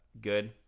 good